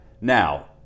Now